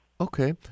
Okay